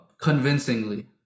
convincingly